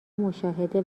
مشاهده